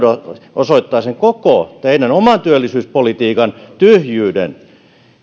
osoittaa koko sen teidän oman työllisyyspolitiikkanne tyhjyyden